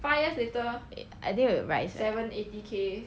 five years later I think it will rise eh